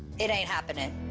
it ain't happenin'.